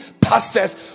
pastors